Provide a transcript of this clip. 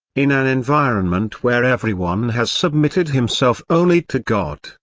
in an environment where everyone has submitted himself only to god,